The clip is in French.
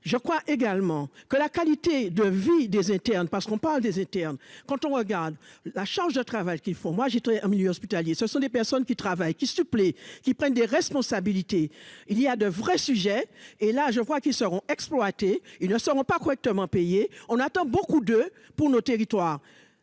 je crois également que la qualité de vie des étés, hein, parce qu'on parle des internes, quand on regarde la charge de travail qui font, moi j'ai trouvé en milieu hospitalier, ce sont des personnes qui travaillent, qui supplée qui prennent des responsabilités, il y a de vrais sujets et là je vois qu'qui seront exploités, ils ne sauront pas correctement payés, on attend beaucoup de pour nos territoires